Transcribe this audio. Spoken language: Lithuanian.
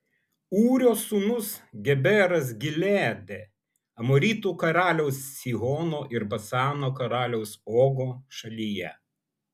ūrio sūnus geberas gileade amoritų karaliaus sihono ir basano karaliaus ogo šalyje